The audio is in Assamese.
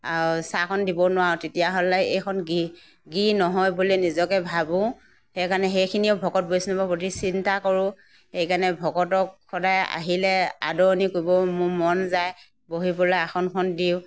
আৰু চাহকণ দিবও নোৱাৰোঁ তেতিয়াহ'লে এইখন গৃহ গৃহ নহয় বুলি নিজকে ভাবোঁ সেইকাৰণে সেইখিনিও ভকত বৈষ্ণৱৰ প্ৰতি চিন্তা কৰোঁ সেইকাৰণে ভকতক সদায় আহিলে আদৰণি কৰিব মোৰ মন যায় বহিবলৈ আসনখন দিওঁ